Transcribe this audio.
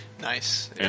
Nice